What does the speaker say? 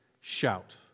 shout